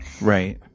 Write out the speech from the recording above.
right